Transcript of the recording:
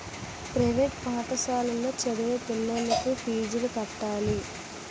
private పాఠశాలలో చదివే పిల్లలకు ఫీజులు కట్టాలి